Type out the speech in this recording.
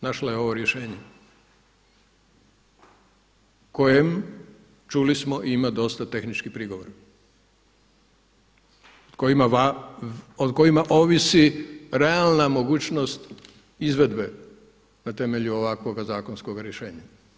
Našla je ovo rješenje kojem čuli smo ima dosta tehničkih prigovora, o kojima ovisi realna mogućnost izvedbe na temelju ovakvoga zakonskog rješenja.